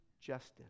justice